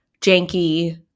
janky